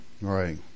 right